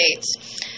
States